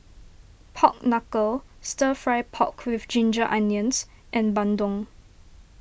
Pork Knuckle Stir Fry Pork with Ginger Onions and Bandung